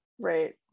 Right